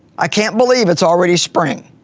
i can't believe it's already spring,